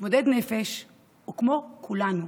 מתמודד נפש הוא כמו כולנו.